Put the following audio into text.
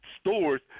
stores